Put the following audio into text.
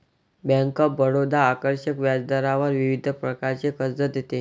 bank of Baroda आकर्षक व्याजदरावर विविध प्रकारचे कर्ज देते